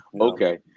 Okay